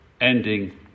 ending